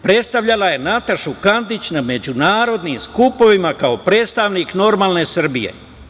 Predstavljala je Natašu Kandić na međunarodnim skupovima kao predstavnik normalne Srbije.